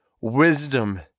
wisdom